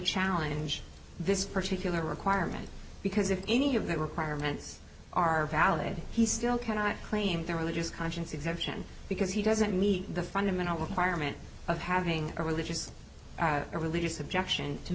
challenge this particular requirement because if any of the requirements are valid he still cannot claim their religious conscience exemption because he doesn't meet the fundamental requirement of having a religious or religious objection to